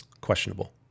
questionable